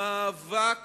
המאבק